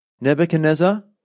Nebuchadnezzar